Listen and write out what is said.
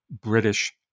British